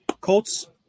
Colts